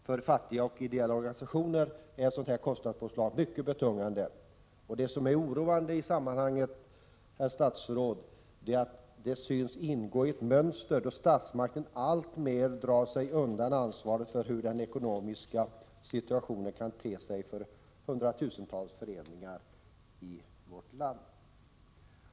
För fattiga och ideella organisationer är ett sådant kostnadspåslag mycket betungande. Det som är oroande i sammanhanget är att det synes ingå i ett mönster där statsmakten alltmer drar sig undan ansvar för hur den ekonomiska situationen kan te sig för de hundratusentals föreningarna i vårt land.